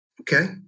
Okay